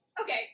Okay